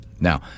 Now